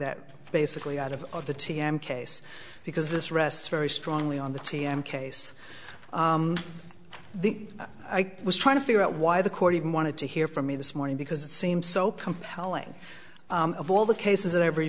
that basically out of of the t m case because this rests very strongly on the t m case the i was trying to figure out why the court even wanted to hear from me this morning because it seemed so compelling of all the cases and every